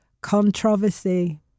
Controversy